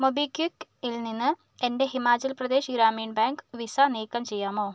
മൊബിക്വിക്കിൽ നിന്ന് എൻ്റെ Himachal Pradesh Gramin bank Visa നീക്കം ചെയ്യാമോ